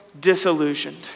disillusioned